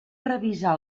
revisar